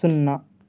సున్నా